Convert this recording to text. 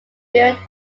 built